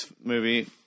movie